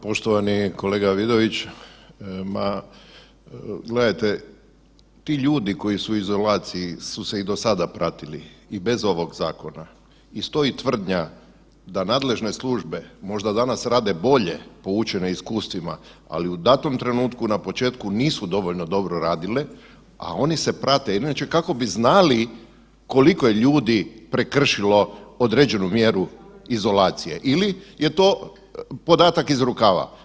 Poštovani kolega Vidović, ma gledajte, ti ljudi koji su u izolaciji su se i do sada pratili i bez ovog zakona i stoji tvrdnja da nadležne službe možda danas rade bolje povučene iskustvima, ali u datom trenutku na početku nisu dovoljno dobro radile, a oni se prate inače kako bi znali koliko je ljudi prekršilo određenu mjeru izolacije ili je to podatak iz rukava.